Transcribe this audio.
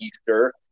Easter